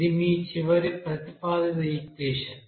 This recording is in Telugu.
ఇది మీ చివరి ప్రతిపాదిత ఈక్వెషన్